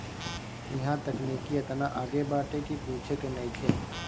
इहां तकनीकी एतना आगे बाटे की पूछे के नइखे